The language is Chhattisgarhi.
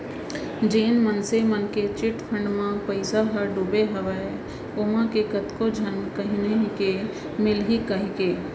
जेन मनसे मन के चिटफंड म पइसा ह डुबे हवय ओमा के कतको झन कहिना हे मिलही कहिके